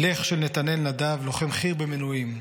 "לך", של נתנאל נדב, לוחם חי"ר במילואים: